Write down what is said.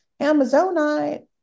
Amazonite